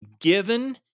given